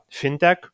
fintech